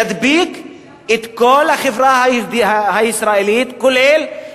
ידביק את כל החברה הישראלית, כולל היהודים.